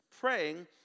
praying